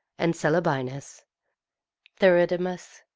and celebinus theridamas,